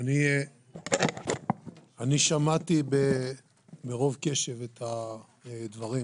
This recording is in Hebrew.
שמעתי ברוב קשב את הדברים,